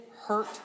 hurt